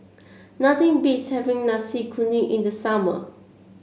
nothing beats having Nasi Kuning in the summer